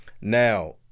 now